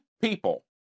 people